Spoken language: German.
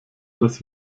las